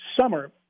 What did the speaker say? summer